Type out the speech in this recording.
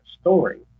story